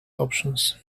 options